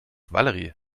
valerie